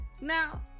Now